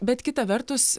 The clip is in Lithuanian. bet kita vertus